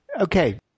Okay